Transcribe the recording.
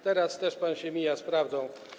Teraz też pan się mija z prawdą.